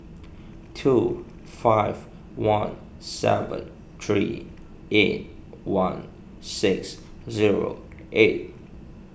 two five one seven three eight one six zero eight